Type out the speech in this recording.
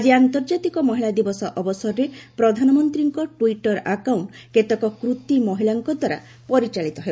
ଆଜି ଆନ୍ତର୍ଜାତିକ ମହିଳା ଦିବସ ଅବସରରେ ପ୍ରଧାନମନ୍ତ୍ରୀଙ୍କ ଟ୍ସିଟର ଆକାଉଣ୍ଟ କେତେକ କୃତି ମହିଳାଙ୍କ ଦ୍ୱାରା ପରିଚାଳିତ ହେବ